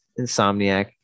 Insomniac